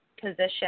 position –